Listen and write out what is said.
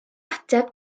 ateb